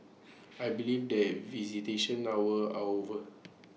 I believe the visitation hours are over